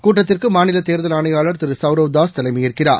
கூட்டத்திற்கு மாநில தேர்தல் ஆணையாளர் திரு சவ்ரவ் தாஸ் தலைமையேற்கிறார்